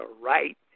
right